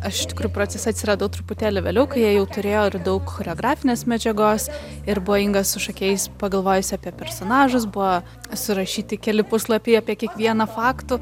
aš iš tikrųjų procese atsiradau truputėlį vėliau kai jie jau turėjo daug choreografinės medžiagos ir buvo inga su šokėjais pagalvojus apie personažas buvo surašyti keli puslapiai apie kiekvieną faktų